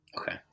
Okay